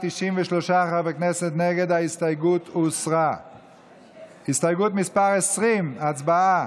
הסתייגות 20 לא נתקבלה.